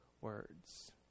words